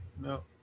no